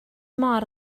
mor